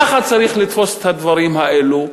כך צריך לתפוס את הדברים האלה.